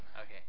Okay